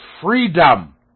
freedom